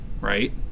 right